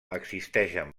existeixen